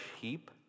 heap